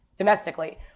Domestically